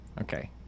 Okay